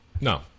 No